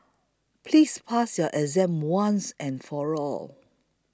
please pass your exam once and for all